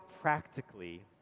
practically